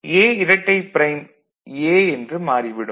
A இரட்டைப் prime A என்று மாறிவிடும்